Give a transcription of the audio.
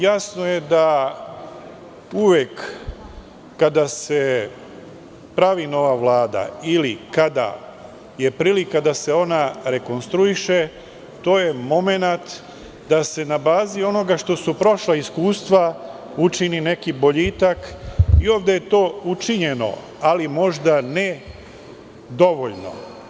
Jasno je uvek kada se pravi nova vlada ili kada je prilika da se ona rekonstruiše je to momenat da se na bazi onoga što su prošla iskustva učini neki boljitak i ovde je to učinjeno, ali možda ne dovoljno.